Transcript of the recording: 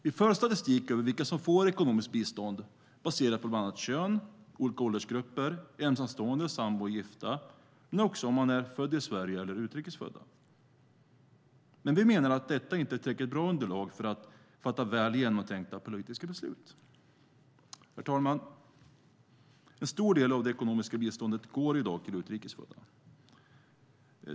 Vi för statistik över vilka som får ekonomiskt bistånd baserat på bland annat kön och olika åldersgrupper och på om man är ensamstående, sambo eller gift. Den baseras också på om man är född i Sverige eller utrikes född. Men vi menar att detta inte är ett tillräckligt bra underlag för att fatta väl genomtänkta politiska beslut. Herr talman! En stor del av det ekonomiska biståndet går i dag till utrikes födda.